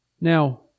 Now